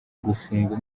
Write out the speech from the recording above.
gufungwa